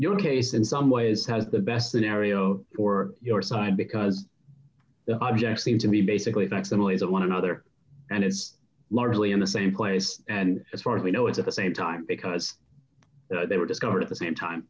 your case in some ways has the best scenario for your side because the objects seem to be basically facsimiles of one another and is largely in the same place and as far as we know it's at the same time because they were discovered at the same